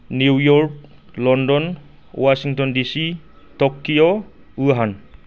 New York London Washington DC Tokyo Wuhan